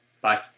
Bye